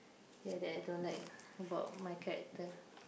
ya that I don't like about my character